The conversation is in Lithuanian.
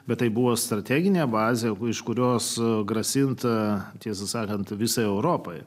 bet tai buvo strateginę bazę iš kurios grasinta tiesą sakant visai europai